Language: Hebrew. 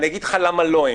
אגיד לך למה לא אמצע.